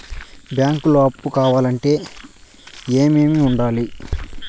బ్యాంకులో అప్పు కావాలంటే ఏమేమి ఉండాలి?